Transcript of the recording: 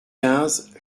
quinze